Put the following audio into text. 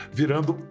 virando